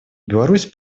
беларусь